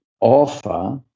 offer